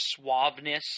suaveness